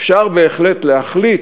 אפשר בהחלט להחליט